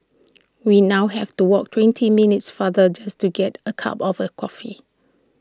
we now have to walk twenty minutes farther just to get A cup of A coffee